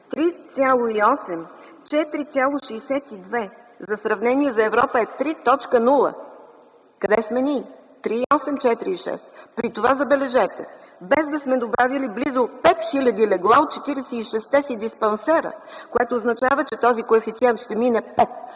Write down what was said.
3,8-4,62. За сравнение за Европа е 3,0. Къде сме ние – 3,8-4,6? При това, забележете, без да сме добавили близо 5000 легла от 46-те си диспансера, което означава, че този коефициент ще мине 5